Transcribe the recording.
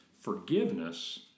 forgiveness